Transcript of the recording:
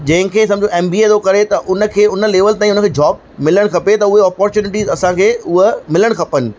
जंहिं खे सम्झो एम बी ए थो करे त उन खे उन लेवल ताईं हुन खे जॉब मिलणु खपे त हुए अपॉर्चुनिटीस असां खे उहे मिलणु खपनि